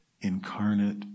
incarnate